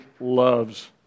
loves